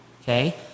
okay